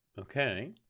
Okay